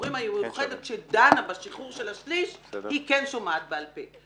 השחרורים המיוחדת שדנה בשחרור של השליש כן שומעת בעל פה.